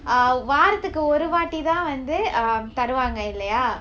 err வாரத்துக்கு ஒரு வாட்டி தான் வந்து:vaarathukku oru vaatti thaan vanthu um தருவாங்க இல்லயா:tharuvaanga illayaa